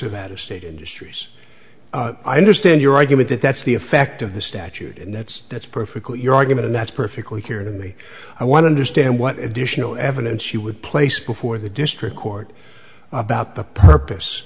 of out of state industries i understand your argument that that's the effect of the statute and that's that's perfectly your argument and that's perfectly clear to me i wonder stand what additional evidence she would place before the district court about the purpose